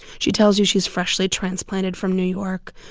she tells you she's freshly transplanted from new york,